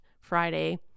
Friday